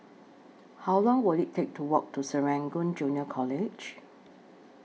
How Long Will IT Take to Walk to Serangoon Junior College